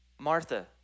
Martha